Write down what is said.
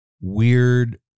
weird